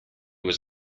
was